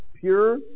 pure